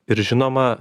ir žinoma